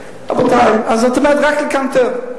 רבותי, זאת אומרת, רק לקנטר.